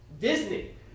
Disney